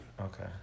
Okay